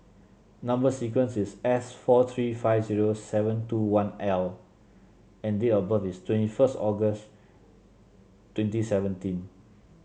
number sequence is S four three five zero seven two one L and date of birth is twenty first August twenty seventeen